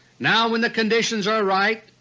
now when the conditions are ripe,